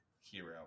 hero